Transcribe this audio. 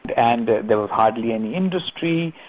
and there was hardly any industry.